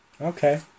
Okay